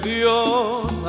Dios